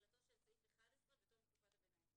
"תחילתו של סעיף 11 בתום תקופת הביניים",